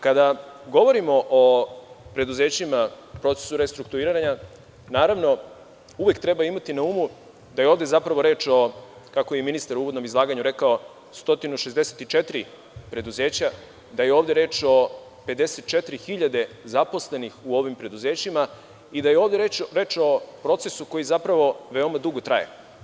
Kada govorimo o preduzećima u procesu restrukturiranja, naravno, uvek treba imati na umu da je ovde zapravo reč o, kako je i ministar u uvodnom izlaganju rekao, 164 preduzeća, da je ovde reč o 54.000 zaposlenih u ovim preduzećima i da je ovde reč o procesu koji zapravo veoma dugo traje.